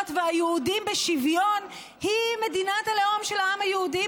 והיהודים בשוויון היא מדינת הלאום של העם היהודי,